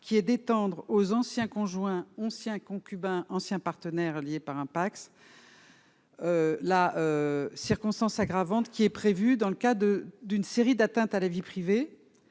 qui est d'étendre aux anciens conjoints on sien concubins anciens partenaires liés par un Pacs. La circonstance aggravante qui est prévu dans le cas de d'une série d'atteinte à la vie privée